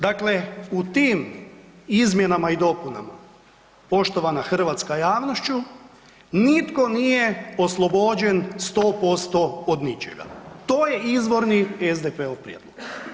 Dakle, u tim izmjenama i dopunama poštovana hrvatska javnošću nitko nije oslobođen 100% od ničega, to je izvorni SDP-ov prijedlog.